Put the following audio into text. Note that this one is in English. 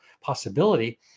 possibility